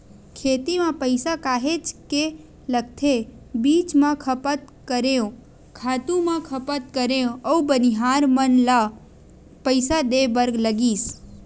खेती म पइसा काहेच के लगथे बीज म खपत करेंव, खातू म खपत करेंव अउ बनिहार मन ल पइसा देय बर लगिस